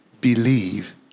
believe